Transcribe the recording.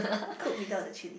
cook without the chilli